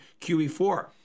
QE4